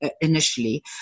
initially